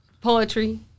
Poetry